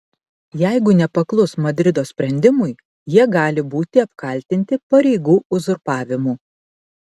jeigu nepaklus madrido sprendimui jie gali būti apkaltinti pareigų uzurpavimu